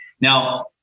Now